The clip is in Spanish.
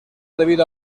debido